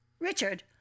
Richard